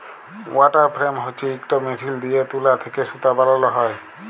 water frame হছে ইকট machine দিঁয়ে তুলা থ্যাকে সুতা বালাল হ্যয়